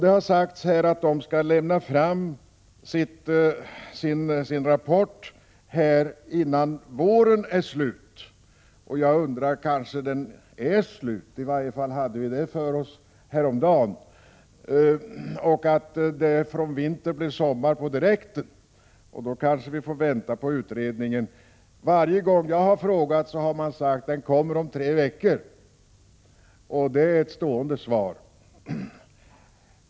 Det har sagts att utredningen skall lämna sin rapport innan våren är slut. Jag undrar om inte våren redan är slut — i varje fall upplevde vi vår för några dagar sedan — så att det blir direkt sommar efter vintern. Då kanske vi får vänta ytterligare på utredningen. Varje gång jag har frågat har jag fått svaret att den kommer om tre veckor, Det är ett stående svar.